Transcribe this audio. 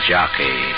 Jockey